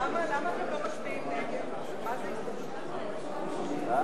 לסעיף 3 נתקבלה.